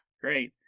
great